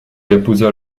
épousa